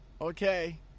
Okay